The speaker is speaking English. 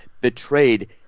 betrayed